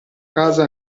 casa